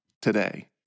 today